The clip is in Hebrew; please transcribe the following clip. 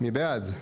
מי בעד?